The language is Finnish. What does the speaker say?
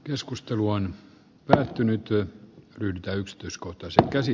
keskustelu on lähtenyt työ yltä yksityiskohtaisia käsi